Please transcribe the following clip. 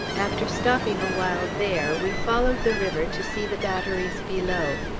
after stopping a while there, we followed the river to see the batteries below.